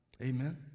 Amen